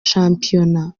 shampiyona